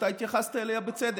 שאתה התייחסת אליה בצדק.